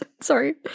sorry